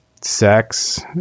sex